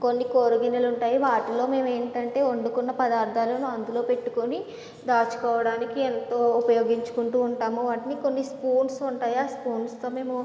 కొన్ని కూరగిన్నెలు ఉంటాయి వాటిలో మేము ఏంటంటే వండుకున్న పదార్ధాలను అందులో పెట్టుకుని దాచుకోవడానికి ఎంతో ఉపయోగించుకుంటూ ఉంటాము వాటిని కొన్ని స్పూన్స్ ఉంటాయి ఆ స్పూన్స్తో మేము